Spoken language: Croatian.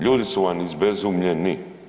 Ljudi su vam izbezumljeni.